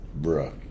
bruh